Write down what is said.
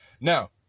Now